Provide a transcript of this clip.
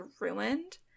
ruined